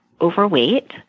overweight